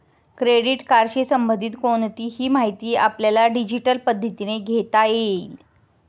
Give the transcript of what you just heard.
credit कार्डशी संबंधित कोणतीही माहिती आपल्याला डिजिटल पद्धतीने घेता येईल